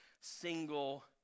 single